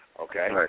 okay